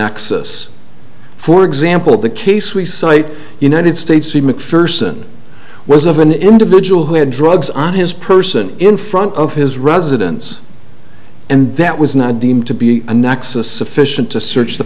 nexus for example of the case we cite united states the mcpherson was of an individual who had drugs on his person in front of his residence and that was not deemed to be a nexus sufficient to search the